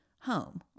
home